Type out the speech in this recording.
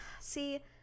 See